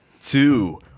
two